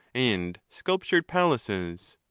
and sculptured palaces?